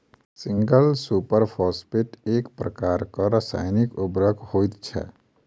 single super phosphate एक प्रकारक रासायनिक उर्वरक होइत छै